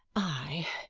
ay,